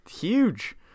huge